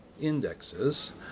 indexes